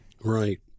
Right